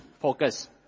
focus